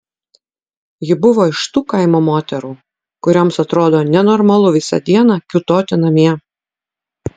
ji buvo iš tų kaimo moterų kurioms atrodo nenormalu visą dieną kiūtoti namie